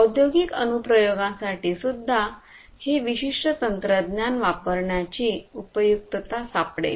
औद्योगिक अनुप्रयोगांसाठीसुद्धा हे विशिष्ट तंत्रज्ञान वापरण्याची उपयुक्तता सापडेल